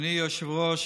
אדוני היושב-ראש,